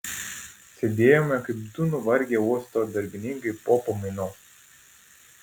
sėdėjome kaip du nuvargę uosto darbininkai po pamainos